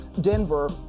Denver